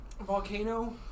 volcano